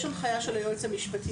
יש הנחייה של היועץ המשפטי,